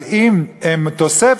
אבל הם תוספת,